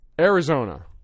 Arizona